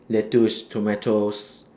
lettuce tomatoes